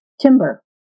timber